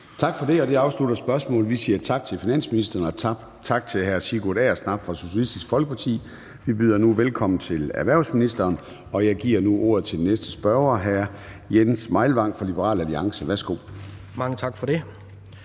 Tak for det. Det afslutter spørgsmålet. Vi siger tak til finansministeren og til hr. Sigurd Agersnap fra Socialistisk Folkeparti. Vi byder nu velkommen til erhvervsministeren, og jeg giver nu ordet til den næste spørger, hr. Jens Meilvang fra Liberal Alliance. Kl. 13:19 Spm. nr.